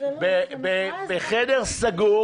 בחדר סגור